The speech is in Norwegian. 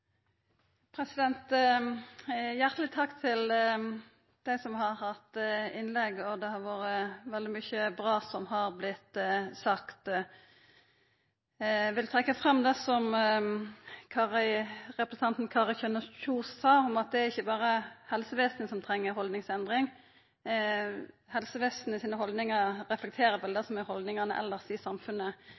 dei som har hatt innlegg. Det har vore veldig mykje bra som har vorte sagt. Eg vil trekkja fram det som representanten Kari Kjønaas Kjos sa om at det er ikkje berre helsevesenet som treng ei haldningsendring. Helsevesenet sine haldningar reflekterer vel det som er haldningane elles i samfunnet.